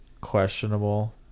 questionable